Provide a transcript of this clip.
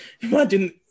imagine